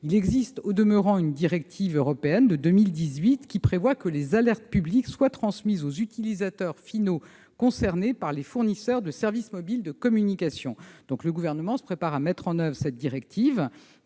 Il existe au demeurant une directive européenne de 2018 qui prévoit que les alertes publiques soient transmises aux utilisateurs finaux concernés par les fournisseurs de services mobiles de communication. Le Gouvernement se prépare à mettre en oeuvre cette directive.